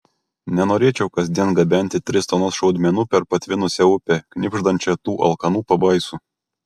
nenorėčiau kasdien gabenti tris tonas šaudmenų per patvinusią upę knibždančią tų alkanų pabaisų